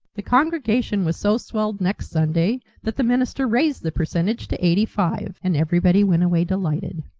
the congregation was so swelled next sunday that the minister raised the percentage to eighty-five, and everybody went away delighted.